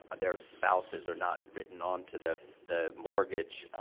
ah their spouses are not written onto the the mortgage. ah,